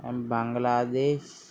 and Bangladesh